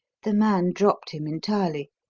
the man dropped him entirely.